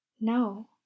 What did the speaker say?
No